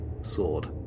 sword